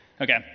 Okay